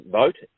vote